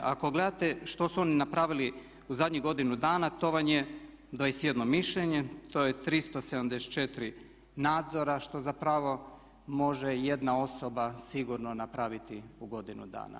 Ako gledate što su oni napravili u zadnjih godinu danas to vam je 21 mišljenje, to je 374 nadzora što zapravo može jedna osoba sigurno napraviti u godinu dana.